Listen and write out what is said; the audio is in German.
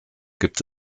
gibt